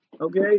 okay